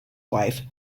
wife